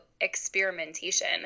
experimentation